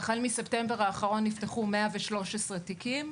והחל מספטמבר האחרון נפתחו 113 תיקים.